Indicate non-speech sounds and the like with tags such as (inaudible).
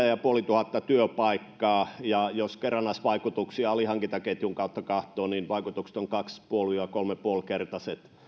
(unintelligible) ja ja puolituhatta työpaikkaa ja jos kerrannaisvaikutuksia alihankintaketjun kautta katsoo niin vaikutukset ovat kaksi ja puoli kolme ja puoli kertaiset